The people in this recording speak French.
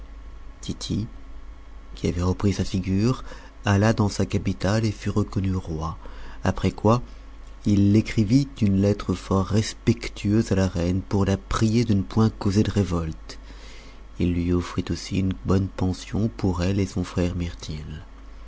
tity qui avait repris sa figure alla dans sa capitale et fut reconnu roi après quoi il écrivit une lettre fort respectueuse à la reine pour la prier de ne point causer de révolte il lui offrit aussi une bonne pension pour elle et pour son frère mirtil